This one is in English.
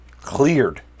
cleared